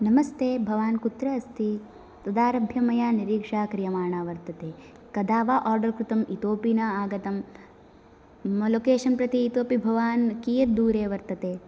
नमस्ते भवान् कुत्र अस्ति तदा आरभ्य मया निरीक्षा क्रियमाणा वर्तते कदा वा आर्डर् कृतम् इतोपि न आगतम् मम लोकेशन् प्रति इतोपि भवान् कियत् दूरे वर्तते